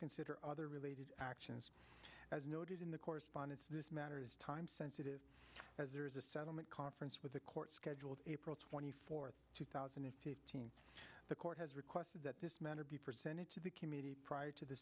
consider other related actions as noted in the correspondence this matter is time sensitive as there is a settlement conference with the court scheduled april twenty fourth two thousand and fifteen the court has requested that this matter be presented to the committee prior to the